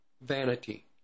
vanity